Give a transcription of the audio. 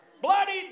Bloody